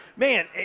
Man